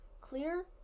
clear